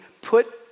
put